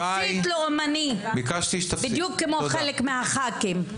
מסית לאומני בדיוק כמו חלק מחברי הכנסת.